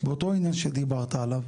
באותו עניין שדיברת עליו,